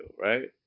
right